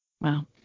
Wow